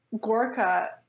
Gorka